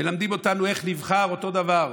מלמדים אותנו איך נבחר, אותו דבר: